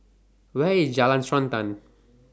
Where IS Jalan Srantan